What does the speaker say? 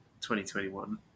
2021